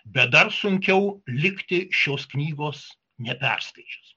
bet dar sunkiau likti šios knygos neperskaičius